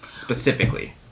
specifically